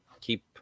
keep